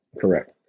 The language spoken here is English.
Correct